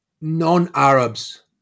non-Arabs